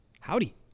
Howdy